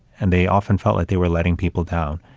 and they often felt like they were letting people down.